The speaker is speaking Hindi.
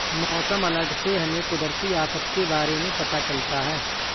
मौसम अलर्ट से हमें कुदरती आफत के बारे में पता चलता है